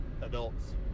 adults